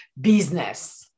business